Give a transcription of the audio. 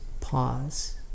pause